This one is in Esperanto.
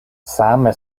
same